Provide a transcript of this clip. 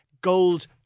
gold